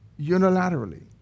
unilaterally